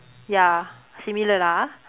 ya similar lah ah